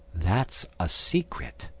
that's a secret.